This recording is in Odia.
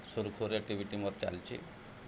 ସୁରୁଖୁରୁ ଟିଭିଟି ମୋତେ ଚାଲିଛି